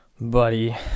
Buddy